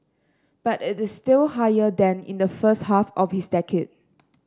but it is still higher than in the first half of his decade